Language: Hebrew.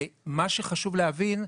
ומה שחשוב להבין,